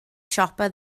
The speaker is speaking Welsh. siopa